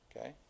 okay